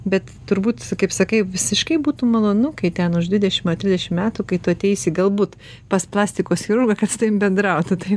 bet turbūt kaip sakai visiškai būtų malonu kai ten už dvidešimt ar trisdešimt metų kai tu ateisi galbūt pas plastikos chirurgą kad su tavim bendrautų taip